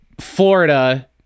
Florida